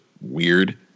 weird